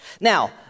Now